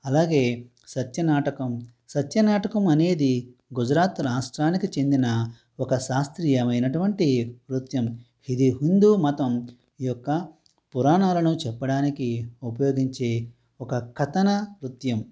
అలాగే సత్య నాటకం సత్య నాటకం అనేది గుజరాత్ రాష్ట్రానికి చెందిన ఒక శాస్త్రీయమైనటువంటి నృత్యం ఇది హిందూ మతం యొక్క పురాణాలను చెప్పడానికి ఉపయోగించే ఒక కథన నృత్యం